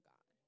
God